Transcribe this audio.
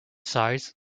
size